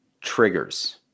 triggers